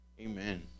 Amen